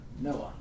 Noah